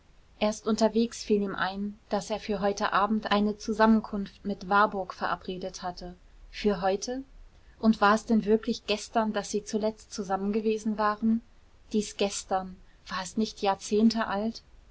erst unterwegs fiel ihm ein daß er für heute abend eine zusammenkunft mit warburg verabredet hatte für heute und war es denn wirklich gestern daß sie zuletzt zusammen gewesen waren dies gestern war es nicht jahrzehnte alt